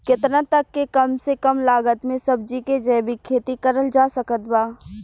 केतना तक के कम से कम लागत मे सब्जी के जैविक खेती करल जा सकत बा?